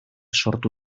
sortu